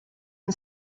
and